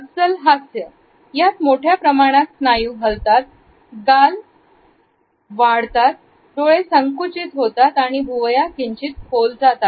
अस्सल हास्य यात मोठ्या प्रमाणात स्नायू हलतात गाल वाढतात डोळे संकुचित होतात आणि भुवया किंचित खोल जातात